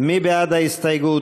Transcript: מי בעד ההסתייגות?